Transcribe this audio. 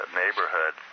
neighborhood